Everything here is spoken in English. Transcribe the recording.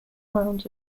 mound